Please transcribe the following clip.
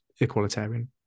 equalitarian